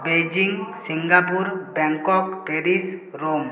Beijing Singapore Bangkok Paris Rome